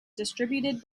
distributed